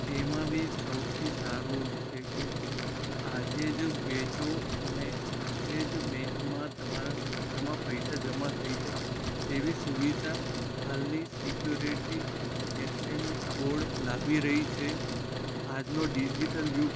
તેમાં બી સૌથી સારું છે કે આજે જ વેચો અને આજે જ બેંકમાં તમારા ખાતામાં પૈસા જમા થઈ જાય તેવી સુવિધા હાલની સિક્યુરિટી એક્સચેન્જ બોડ લાવી રહી છે આજનો ડિજિટલ યુગ